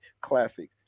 classic